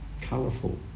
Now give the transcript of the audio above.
colourful